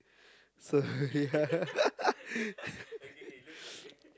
so yeah